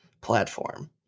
platform